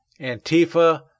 Antifa